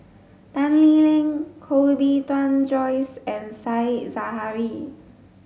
Tan Lee Leng Koh Bee Tuan Joyce and Said Zahari